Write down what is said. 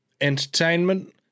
entertainment